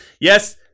Yes